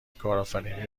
کارآفرینی